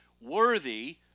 worthy